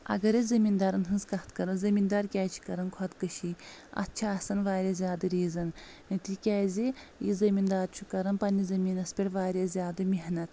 اَگر أسۍ زمیٖندارن ہٕنٛز کتھ کَرو زمیٖن دار کیٚازِ چھِ کران خۄدکٔشی اَتھ چھِ آسن واریاہ زیادٕ ریٖزن تِکیازِ یہِ زمیٖندار چھُ کران پَنٕنہِ زمیٖنَس پٮ۪ٹھ واریاہ زیادٕ محنت